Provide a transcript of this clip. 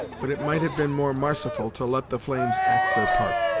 but it might have been more marciful to let the flames act their part.